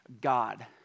God